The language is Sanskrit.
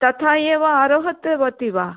तथा आरोहितवती वा